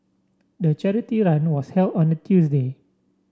the charity run was held on a Tuesday